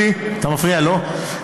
אתה מפריע לו,